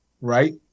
Right